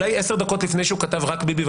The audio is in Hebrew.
אולי עשר דקות לפני שהוא כתב "רק ביבי",